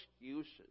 excuses